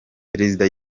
perezida